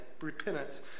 repentance